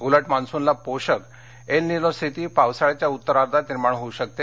उलट मान्सूनला पोषक एल निनो स्थिती पावसाळ्याच्या उत्तरार्धात निर्माण होऊ शकते